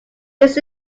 lives